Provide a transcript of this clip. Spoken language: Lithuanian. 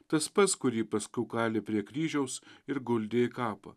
tas pats kurį paskau kalė prie kryžiaus ir guldė į kapą